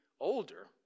older